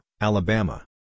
Alabama